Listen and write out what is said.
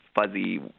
fuzzy